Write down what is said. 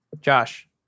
Josh